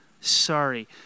sorry